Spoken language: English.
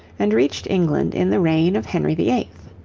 and reached england in the reign of henry viii.